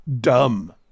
dumb